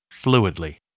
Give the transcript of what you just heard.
fluidly